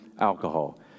alcohol